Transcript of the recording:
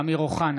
אמיר אוחנה.